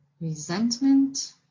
resentment